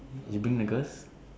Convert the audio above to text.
you bring the girls